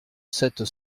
sept